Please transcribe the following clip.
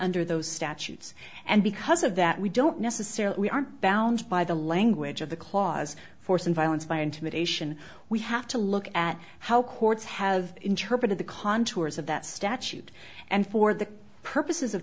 under those statutes and because of that we don't necessarily we are bound by the language of the clause force and violence by intimidation we have to look at how courts have interpreted the contours of that statute and for the purposes of